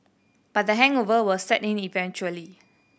but the hangover will set in eventually